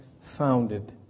founded